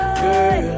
Girl